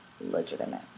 legitimate